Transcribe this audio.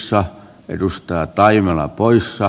saa edustaa taimina poissa